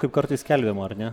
kaip kartais skelbiama ar ne